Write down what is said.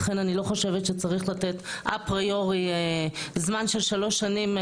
לכן אני לא חושבת שצריך לתת אפריורי זמן של שלוש שנים.